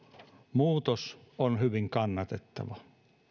muutos on hyvin kannatettava